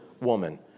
woman